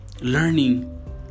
learning